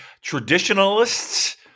traditionalists